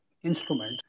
Instrument